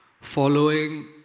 following